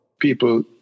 People